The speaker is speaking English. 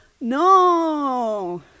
no